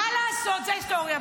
מה לעשות, זו ההיסטוריה.